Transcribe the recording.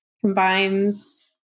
combines